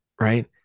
right